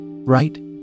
Right